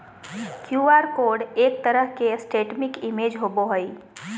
Q R code एक तरह के स्टेटिक इमेज होबो हइ